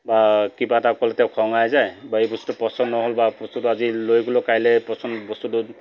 বা কিবা এটা ক'লে তেওঁ খঙাই যায় বা এই বস্তু পচন্দ নহ'ল বা বস্তুটো আজি লৈ গ'লেও কাইলৈ পচন্দ বস্তুটো